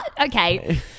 Okay